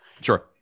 Sure